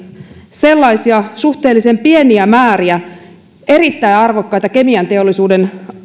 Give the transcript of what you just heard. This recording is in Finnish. sellaisia suhteellisen pieniä määriä erittäin arvokkaita kemianteollisuuden